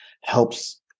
helps